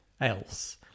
else